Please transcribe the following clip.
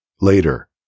Later